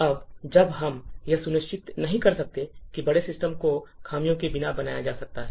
अब जब हम यह सुनिश्चित नहीं कर सकते कि बड़े सिस्टम को खामियों के बिना बनाया जा सकता है